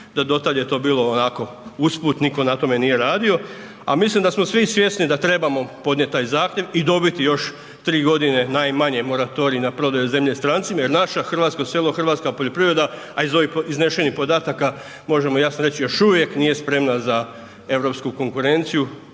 da do tad je to bilo onako usput, nitko na tome nije radio, a mislim da smo svi svjesni da trebamo podnijet taj zahtjev i dobiti još 3.g. najmanje moratorij na prodaju zemlje strancima jer naše hrvatsko selo, hrvatska poljoprivreda, a iz ovih iznešenih podataka možemo jasno reći još uvijek nije spremna za europsku konkurenciju